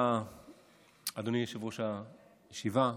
אדוני יושב-ראש הישיבה,